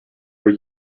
were